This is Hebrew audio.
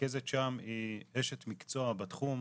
הרכזת שם היא אשת מקצוע בתחום.